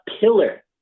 pillar